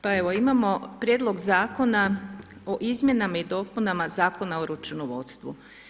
Pa evo imamo Prijedlog zakona o izmjenama i dopunama Zakona o računovodstvu.